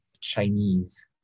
Chinese